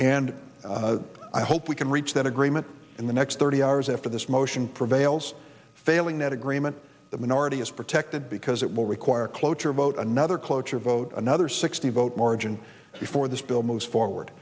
and i hope we can reach that agreement in the next thirty hours after this motion prevails failing that agreement the minority is protected because it will require cloture vote another cloture vote another sixty vote margin before this bill moves forward